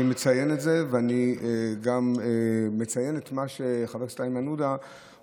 אני מציין את זה ואני גם מציין את מה שחבר הכנסת איימן עודה הודיע,